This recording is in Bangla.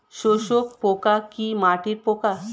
শোষক পোকা কি মাটির পোকা?